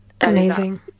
Amazing